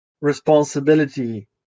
responsibility